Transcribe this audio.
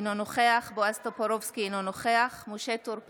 אינו נוכח בועז טופורובסקי, אינו נוכח משה טור פז,